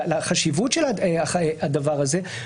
לחשיבות של הדבר הזה,